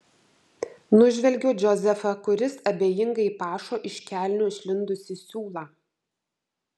nužvelgiu džozefą kuris abejingai pašo iš kelnių išlindusį siūlą